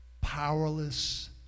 powerless